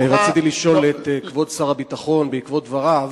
רציתי לשאול את כבוד שר הביטחון, בעקבות דבריו,